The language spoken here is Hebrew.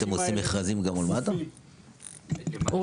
האלה --- אתם עושים מכרזים גם מול מד"א?